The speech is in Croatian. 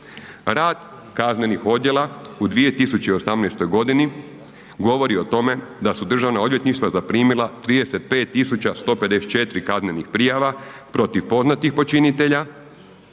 Rad kaznenih odjela u 2018.g. govori o tome da su državna odvjetništva zaprimila 35154 kaznenih prijava protiv poznatih počinitelja